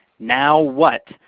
now what?